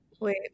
Wait